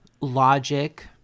logic